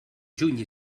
juny